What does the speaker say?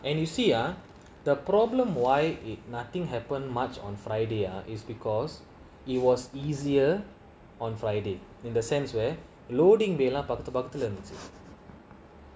uh and you see ah the problem why it nothing happen much on friday ah is because it was easier on friday in the sense where loading bay lah பத்துபாரத்துக்குஇருந்துச்சு:pathu parathuku irunthuchu